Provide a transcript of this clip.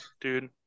dude